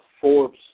Forbes